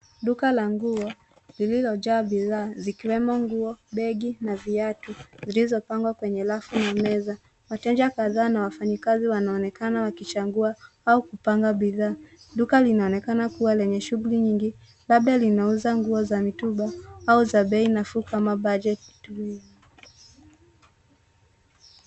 Duka la nguo, lililojaa bidhaa zikiwemo nguo, begi, na viatu zilizopangwa kwenye rafu na meza. Wateja kadhaa na wafanyikazi wanaonekana wakichagua au kupanga bidhaa. Duka linaonekana kua lenye shughuli nyingi labda linauza nguo za mitumba au za bei nafuu kama Budget Wear .